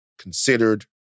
considered